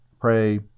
pray